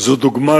זו דוגמה,